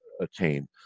attain